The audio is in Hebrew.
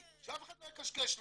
שאף אחד לא יקשקש לי,